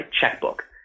checkbook